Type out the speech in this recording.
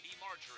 Marjorie